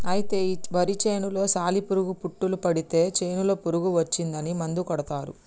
అయితే ఈ వరి చేనులో సాలి పురుగు పుట్టులు పడితే చేనులో పురుగు వచ్చిందని మందు కొడతారు